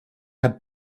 had